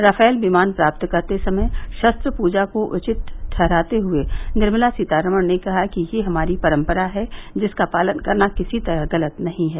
Rafale विमान प्राप्त करते समय शस्त्र पूजन को उचित ठहराते हुए निर्मला सीतारामन ने कहा कि यह हमारी परम्परा है जिसका पालन करना किसी तरह गलत नहीं है